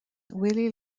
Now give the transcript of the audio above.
wiley